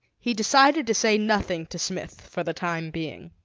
he decided to say nothing to smith for the time being.